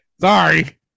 Sorry